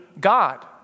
God